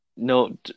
No